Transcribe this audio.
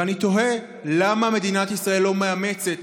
ואני תוהה למה מדינת ישראל לא מאמצת,